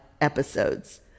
episodes